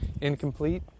incomplete